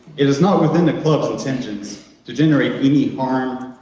it is not within the club's intentions to generate any um harm,